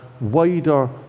wider